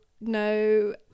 no